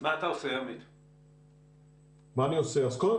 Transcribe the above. אז מה